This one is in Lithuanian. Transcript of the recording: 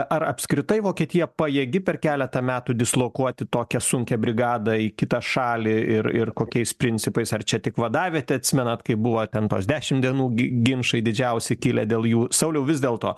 ar apskritai vokietija pajėgi per keletą metų dislokuoti tokią sunkią brigadą į kitą šalį ir ir kokiais principais ar čia tik vadavietė atsimenat kaip buvo ten tos dešimt dienų gi ginčai didžiausi kilę dėl jų sauliau vis dėlto